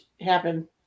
happen